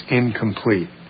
incomplete